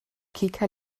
kika